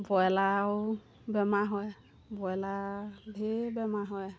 ব্ৰইলাৰো বেমাৰ হয় ব্ৰইলাৰ ঢেৰ বেমাৰ হয়